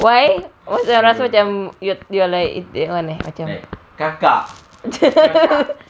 why rasa macam you are like that [one] leh macam